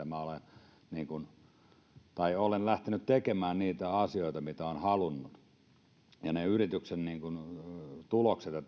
minä olen lähtenyt tekemään niitä asioita mitä olen halunnut ja ne yrityksien tulokset ja